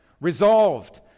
resolved